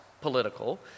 political